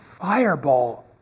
fireball